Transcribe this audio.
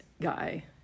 guy